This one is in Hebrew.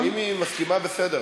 לא, אם היא מסכימה, בסדר.